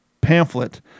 pamphlet